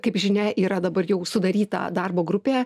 kaip žinia yra dabar jau sudaryta darbo grupė